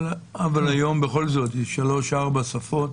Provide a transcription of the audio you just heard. היום בכל זאת יש שלוש-ארבע שפות